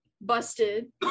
Busted